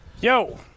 yo